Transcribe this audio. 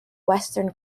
western